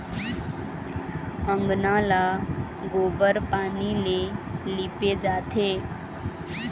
अंगना ल गोबर पानी ले लिपे जाथे